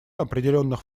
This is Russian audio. определенных